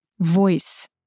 Voice